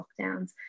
lockdowns